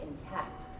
intact